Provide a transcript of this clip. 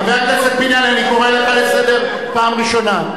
חבר הכנסת פיניאן, אני קורא אותך לסדר פעם ראשונה.